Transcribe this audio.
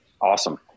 Awesome